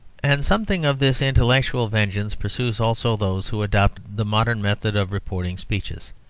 and something of this intellectual vengeance pursues also those who adopt the modern method of reporting speeches.